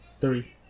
Three